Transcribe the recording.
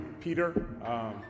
Peter